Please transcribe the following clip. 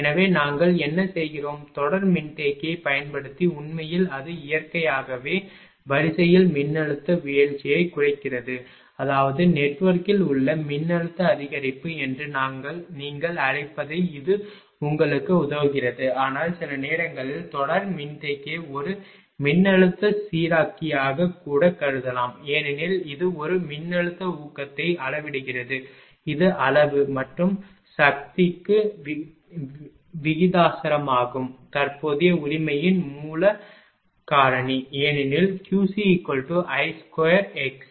எனவே நாங்கள் என்ன செய்கிறோம் தொடர் மின்தேக்கியைப் பயன்படுத்தி உண்மையில் அது இயற்கையாகவே வரிசையில் மின்னழுத்த வீழ்ச்சியைக் குறைக்கிறது அதாவது நெட்வொர்க்கில் உள்ள மின்னழுத்த அதிகரிப்பு என்று நீங்கள் அழைப்பதை இது உங்களுக்கு உதவுகிறது ஆனால் சில நேரங்களில் தொடர் மின்தேக்கியை ஒரு மின்னழுத்த சீராக்கியாகக் கூட கருதலாம் ஏனெனில் இது ஒரு மின்னழுத்த ஊக்கத்தை அளவிடுகிறது இது அளவு மற்றும் சக்திக்கு விகிதாசாரமாகும் தற்போதைய உரிமையின் மூலம் காரணி ஏனெனில் QcI2xc